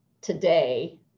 today